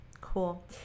Cool